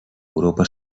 europa